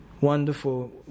Wonderful